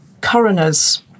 coroners